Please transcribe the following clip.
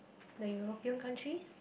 the European countries